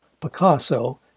Picasso